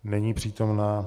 Není přítomna.